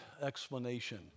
explanation